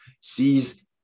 sees